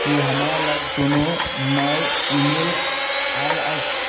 की हमरा लग कोनो नव ईमेल आएल अछि